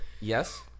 Yes